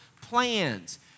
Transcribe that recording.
plans